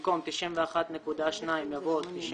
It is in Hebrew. במקום "91.2%" יבוא "94%"